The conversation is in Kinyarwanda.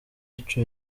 ico